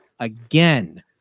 Again